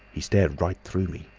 he stared right through me.